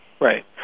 Right